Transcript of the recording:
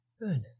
Good